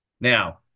Now